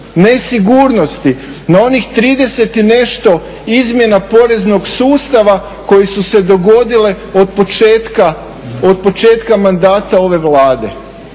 nesigurnosti, na onih 30 i nešto izmjena poreznog sustava koje su se dogodile od početka mandata ove Vlade.